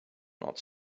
not